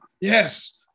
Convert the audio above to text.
Yes